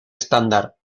estándar